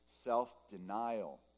self-denial